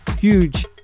huge